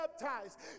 baptized